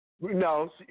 No